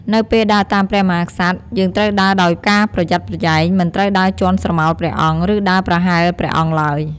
នៅពេលដើរតាមព្រះមហាក្សត្រ យើងត្រូវដើរដោយការប្រយ័ត្នប្រយែង មិនត្រូវដើរជាន់ស្រមោលព្រះអង្គ ឬដើរប្រហែលព្រះអង្គឡើយ។